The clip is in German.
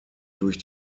durch